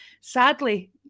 sadly